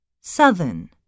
Southern